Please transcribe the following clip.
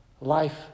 life